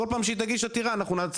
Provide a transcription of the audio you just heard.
כל פעם שהיא תגיש עתירה אנחנו,